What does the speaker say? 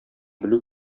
белү